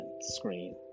screen